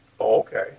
Okay